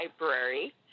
Library